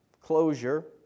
closure